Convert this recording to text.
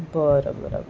बरं बरं बरं